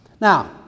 Now